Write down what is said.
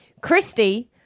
Christy